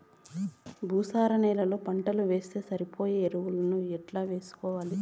భూసార నేలలో పంటలు వేస్తే సరిపోయే ఎరువులు ఎట్లా వేసుకోవాలి?